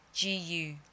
GU